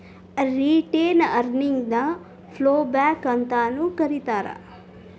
retained earnings ನ ploughback ಅಂತಾನೂ ಕರೇತಾರ